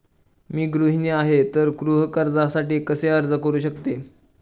मी गृहिणी आहे तर गृह कर्जासाठी कसे अर्ज करू शकते?